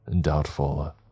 Doubtful